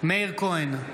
מאיר כהן,